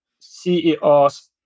CEOs